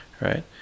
right